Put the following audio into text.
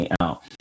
out